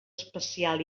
espacial